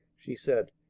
she said.